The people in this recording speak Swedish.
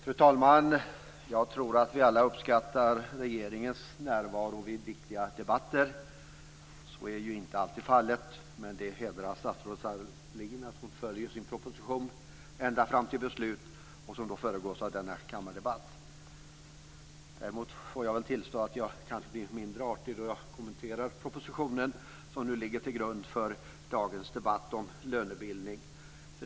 Fru talman! Jag tror att vi alla uppskattar regeringens närvaro vid viktiga debatter. Så är inte alltid fallet, men det hedrar statsrådet Sahlin att hon följer sin proposition ända fram till det beslut som alltså föregås av denna kammardebatt. Däremot får jag väl tillstå att jag kanske blir mindre artig då jag kommenterar denna proposition, som nu ligger till grund för dagens debatt om lönebildning.